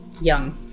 young